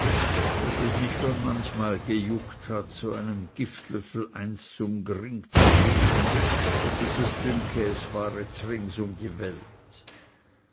daß es mich schon manchmal gejuckt hat so einem giftlöffel eins zum gring zu geben daß es dünke es fahre zring um dwelt